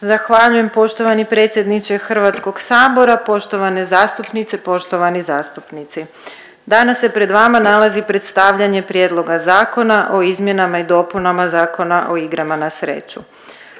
Zahvaljujem poštovani predsjedniče Hrvatskog sabora. Poštovane zastupnice, poštovani zastupnici, danas se vama nalazi predstavljanje Prijedloga Zakona o izmjenama i dopunama Zakona o igrama na sreću.